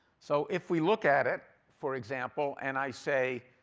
so if we look at it, for example, and i say,